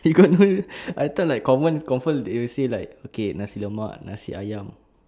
you got no I thought like confirm confirm they will say like okay nasi lemak nasi ayam